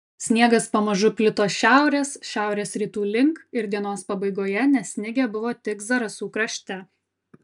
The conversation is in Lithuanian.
sniegas pamažu plito šiaurės šiaurės rytų link ir dienos pabaigoje nesnigę buvo tik zarasų krašte